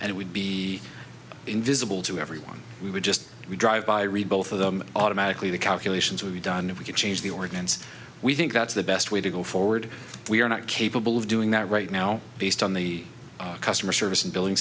would be invisible to everyone we would just drive by read both of them automatically the calculations would be done if we could change the ordinance we think that's the best way to go forward we are not capable of doing that right now based on the customer service and billing